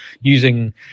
using